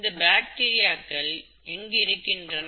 இந்த பாக்டீரியாக்கள் எங்கு இருக்கின்றன